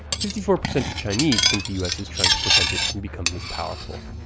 fifty four percent of chinese think the u s. is trying to prevent it from becoming as powerful.